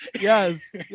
Yes